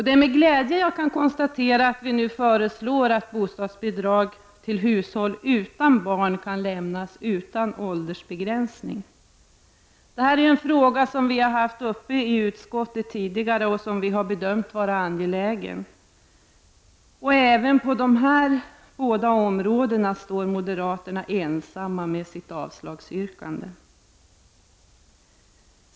Det är med glädje som jag kan konstatera att vi nu föreslår att bostadsbidrag till hushåll utan barn skall kunna utgå utan åldersbegränsning. Det här är en fråga som vi har haft uppe i utskottet tidigare och som vi har bedömt vara angelägen. Även på dessa båda områden står moderaterna ensamma med sitt avslagsyrkande.